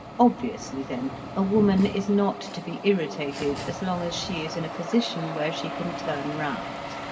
obviously then a woman is not to be irritated as long as she is in a position where she can turn round.